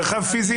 מרחב פיזי,